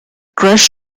crashed